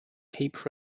keep